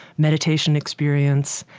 meditation experience,